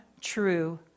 true